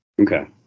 Okay